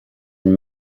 and